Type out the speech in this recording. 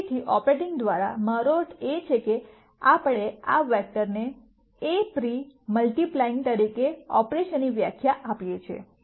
તેથી ઓપરેટિંગ દ્વારા મારો અર્થ એ છે કે આપણે આ વેક્ટરને A પ્રી મલ્ટિ પ્લાયઇંગ તરીકે ઓપરેશન ની વ્યાખ્યા આપીએ છીએ